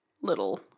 little